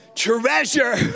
Treasure